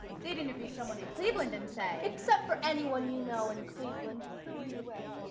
they'd interview someone in cleveland and say except for anyone you know in cleveland, who were you with?